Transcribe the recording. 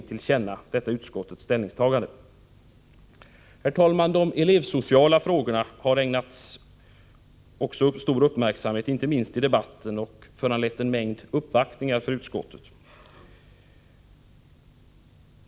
Också de elevsociala frågorna har ägnats stor uppmärksamhet, inte minst i debatten. De har även föranlett en mängd uppvaktningar hos utskottet.